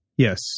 Yes